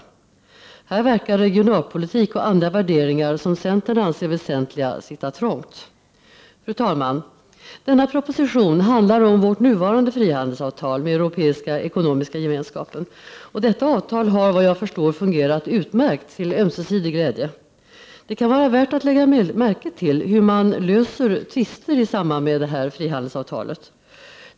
Här verkar regionalpolitik och andra värderingar, som centern anser väsentliga, sitta trångt. Fru talman! Denna proposition handlar om vårt nuvarande frihandelsavtal med Europeiska ekonomiska gemenskapen. Detta avtal har, såvitt jag förstår, fungerat utmärkt till ömsesidig glädje. Det kan vara värt att lägga märke till hur man löser tvister i samband med frihandelsavtalet.